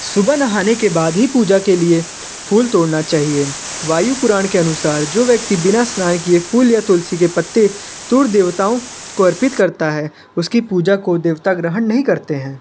सुबह नहाने के बाद ही पूजा के किए फूल तोड़ना चाहिए वायु पुराण के अनुसार जो व्यक्ति बिना स्नान किए फूल या तुलसी के पत्ते तोड़ देवताओं को अर्पित करता है उस की पूजा को देवता ग्रहण नहीं करते हैं